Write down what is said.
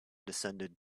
descended